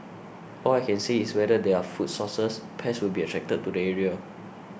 all I can say is wherever there are food sources pests will be attracted to the area